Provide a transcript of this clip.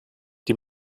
die